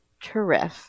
terrific